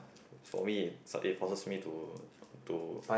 for me it forces me to to